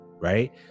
right